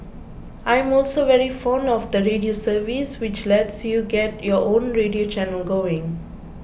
I am also very fond of the radio service which lets you get your own radio channel going